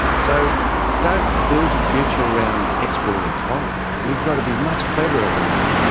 so don't build your future around exporting coal. we've got to be much cleverer than that.